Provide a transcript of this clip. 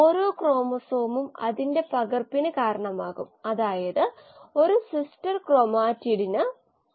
എന്നാൽ ഈ സംഖ്യ ഇപ്പോഴും ഒന്നായി പരിമിതപ്പെടുത്തിയിരിക്കുന്നു മാസ്സ് കൂടുന്നതിനനുസരിച്ച്